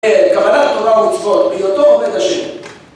קבלת תורה ומצוות, בהיותו עובד השם